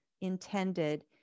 intended